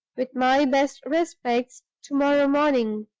with my best respects, to-morrow morning.